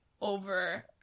over